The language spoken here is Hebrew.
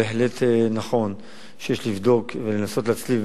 בהחלט נכון שיש לבדוק ולנסות להצליב,